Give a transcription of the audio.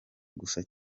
gusa